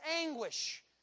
anguish